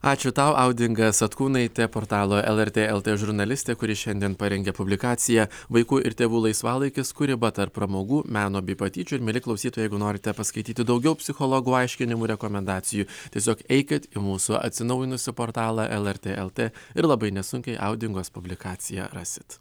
ačiū tau audinga satkūnaitė portalo lrt lt žurnalistė kuri šiandien parengė publikaciją vaikų ir tėvų laisvalaikis kur riba tarp pramogų meno bei patyčių ir myli klausytų jeigu norite paskaityti daugiau psichologų aiškinimu rekomendacijų tiesiog eikit į mūsų atsinaujinusi portalą lrt lt ir labai nesunkiai audingos publikaciją rasit